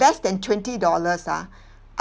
less than twenty dollars ah